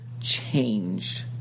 changed